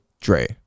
Dre